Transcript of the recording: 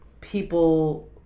people